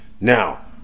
Now